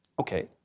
Okay